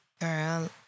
Girl